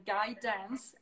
Guidance